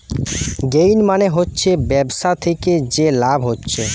gain মানে হচ্ছে ব্যবসা থিকে যে লাভ হচ্ছে